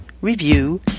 review